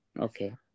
Okay